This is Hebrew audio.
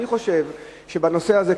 אני חושב שבנושא הזה,